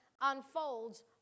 unfolds